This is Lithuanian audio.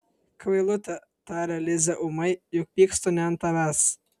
kvailute taria lizė ūmai juk pykstu ne ant tavęs